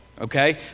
Okay